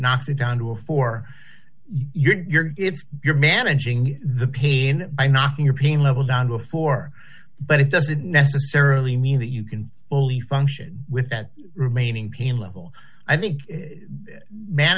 knocks it down to a for your kids you're managing the pain by knocking your pain levels down before but it doesn't necessarily mean that you can only function with that remaining pain level i think man